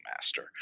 master